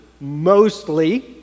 mostly